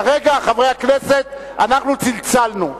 כרגע, חברי הכנסת, אנחנו צלצלנו.